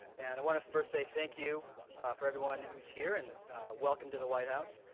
and i want to first say thank you for everyone who is here and welcome to the white house.